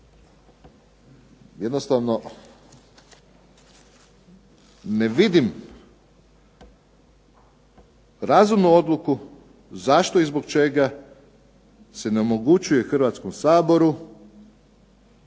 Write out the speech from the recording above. Jednostavno ne vidim razumnu odluku zašto i zbog čega se ne omogućuje Hrvatskom saboru